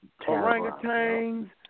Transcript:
orangutans